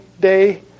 day